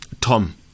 Tom